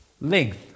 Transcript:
length